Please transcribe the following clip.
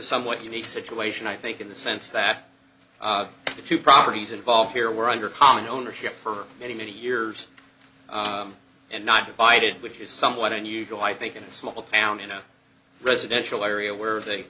somewhat unique situation i think in the sense that the two properties involved here were under common ownership for many many years and not provided which is somewhat unusual i think in a small town in a residential area where the